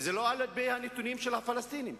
וזה לא על-פי הנתונים של הפלסטינים,